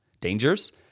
dangers